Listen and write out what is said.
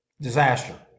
disaster